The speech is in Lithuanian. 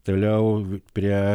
toliau prie